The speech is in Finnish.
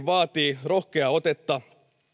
vaatii kuitenkin rohkeaa otetta